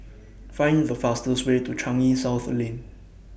Find The fastest Way to Changi South Lane